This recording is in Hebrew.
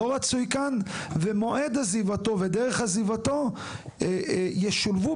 ומועד עזיבתי ודרך עזיבתו ישולבו